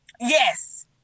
Yes